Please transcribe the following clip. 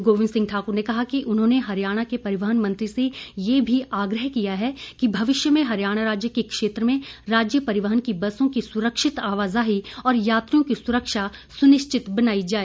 गोविंद सिंह ने कहा कि उन्होंने हरियाणा के परिवहन मंत्री से यह भी आग्रह किया है कि भविष्य में हरियाणा राज्य के क्षेत्र में राज्य परिवहन की बसों की सुरक्षित आवाजाही और यात्रियों की सुरक्षा सुनिश्चित बनाई जाए